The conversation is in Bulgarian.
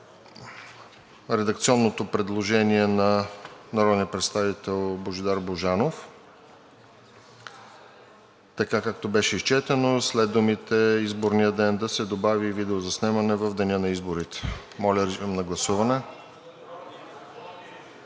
редакционното предложение на народния представител Божидар Божанов, така както беше изчетено: след изборния ден да се добави „и видеозаснемане в деня на изборите“. Моля, режим на гласуване.